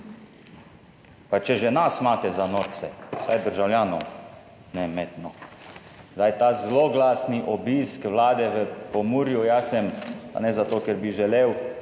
Pa če že imate nas za norce, vsaj državljanov ne imeti, no. Ta zloglasni obisk vlade v Pomurju. Jaz sem, pa ne zato ker bi želel,